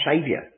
Saviour